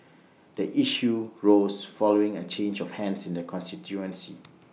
the issue rose following A change of hands in the constituency